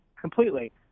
completely